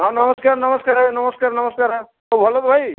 ହଁ ନମସ୍କାର ନମସ୍କାର ଆଜ୍ଞା ନମସ୍କାର ନମସ୍କାର ଭଲ ତ ଭାଇ